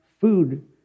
food